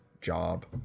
job